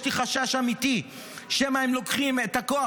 יש לי חשש אמיתי שמא הם לוקחים את הכוח